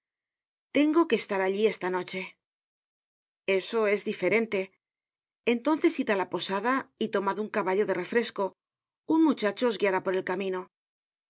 tengo que estar allí esta noche eso es diferente entonces id á la posada y tomad un caballo de refresco un muchacho os guiará por el camino